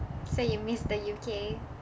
so you miss the U_K